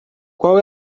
qual